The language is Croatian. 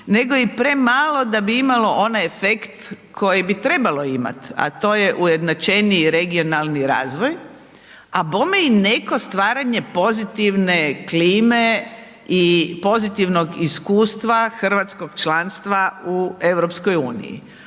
nego i premalo da bi imalo onaj efekt koji bi trebalo imati, a to je ujednačeniji regionalni razvoj, a bome i neko stvaranje pozitivne klime i pozitivnog iskustva hrvatskog članstva u EU,